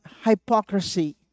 hypocrisy